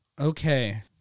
Okay